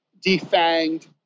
defanged